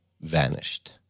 vanished